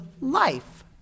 life